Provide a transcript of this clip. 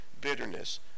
bitterness